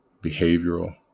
Behavioral